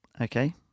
okay